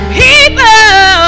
people